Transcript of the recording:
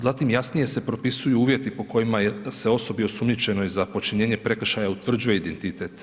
Zatim, jasnije se propisuju uvjeti po kojima se osobi osumnjičenoj za počinjenje prekršaja utvrđuje identitet.